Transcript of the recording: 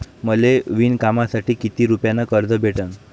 मले विणकामासाठी किती रुपयानं कर्ज भेटन?